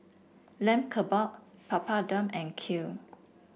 Lamb Kebab Papadum and Kheer